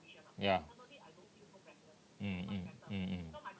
ya mm mm mm mm